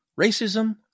Racism